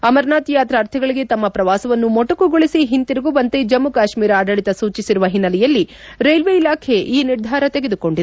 ಅಮರನಾಥ್ ಯಾತ್ರಾತ್ರಿಗಳಿಗೆ ತಮ್ಮ ಪ್ರವಾಸವನ್ನು ಮೊಟಕುಗೊಳಿಸಿ ಒಂತಿರುಗುವಂತೆ ಜಮ್ಮ ಕಾಶ್ಮೀರ ಆಡಳಿತ ಸೂಚಿಸಿರುವ ಹಿನ್ನೆಲೆಯಲ್ಲಿ ರೈಲ್ವೆ ಇಲಾಖೆ ಈ ನಿರ್ಧಾರ ತೆಗೆದುಕೊಂಡಿದೆ